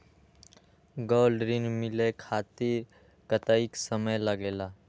Gold ऋण मिले खातीर कतेइक समय लगेला?